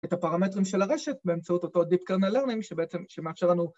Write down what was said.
‫את הפרמטרים של הרשת ‫באמצעות אותו Deep Kernel Learning, ‫שבעצם מאפשר לנו...